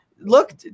Look